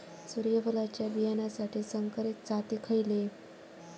सूर्यफुलाच्या बियानासाठी संकरित जाती खयले?